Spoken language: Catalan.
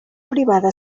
privada